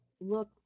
look